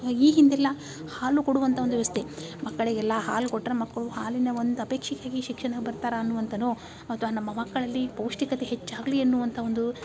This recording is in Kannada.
ಈ ಹಿಂದೆಲ್ಲ ಹಾಲು ಕೊಡುವಂಥ ಒಂದು ವ್ಯವಸ್ಥೆ ಮಕ್ಕಳಿಗೆಲ್ಲ ಹಾಲು ಕೊಟ್ಟರೆ ಮಕ್ಕಳು ಹಾಲಿನ ಒಂದು ಅಪೇಕ್ಷೆಗೆ ಶಿಕ್ಷಣ ಬರ್ತಾರೆ ಅನ್ನುವಂತನೋ ಅಥ್ವಾ ನಮ್ಮ ಮಕ್ಕಳಲ್ಲಿ ಪೌಷ್ಟಿಕತೆ ಹೆಚ್ಚಾಗಲಿ ಅನ್ನುವಂಥ ಒಂದು